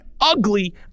ugly